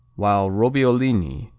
while robbiolini,